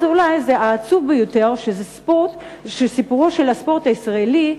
העצוב ביותר הוא שסיפורו של הספורט הישראלי,